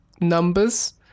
numbers